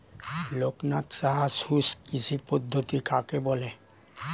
লোকনাথ সাহা শুষ্ককৃষি পদ্ধতি কাকে বলে?